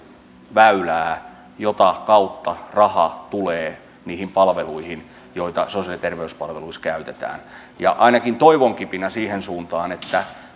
väylää jota kautta raha tulee niihin palveluihin joita sosiaali ja terveyspalveluissa käytetään ja ainakin toivon kipinä siihen suuntaan että